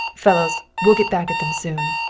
fellows, we'll get back at them soon.